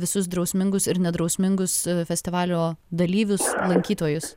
visus drausmingus ir nedrausmingus festivalio dalyvius lankytojus